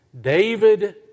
David